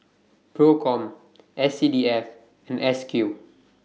PROCOM S C D F and S Q